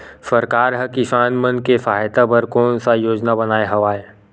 सरकार हा किसान मन के सहायता बर कोन सा योजना बनाए हवाये?